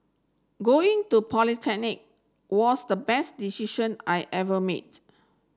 going to polytechnic was the best decision I ever made